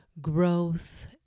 growth